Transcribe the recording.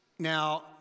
Now